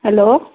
hello